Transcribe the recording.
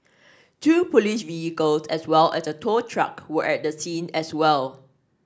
two police vehicles as well as a tow truck were at the scene as well